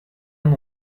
and